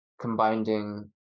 combining